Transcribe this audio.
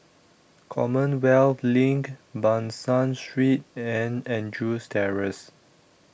Commonwealth LINK Ban San Street and Andrews Terrace